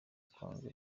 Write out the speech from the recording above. kwanga